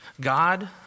God